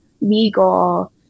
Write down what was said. Legal